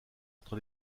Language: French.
entre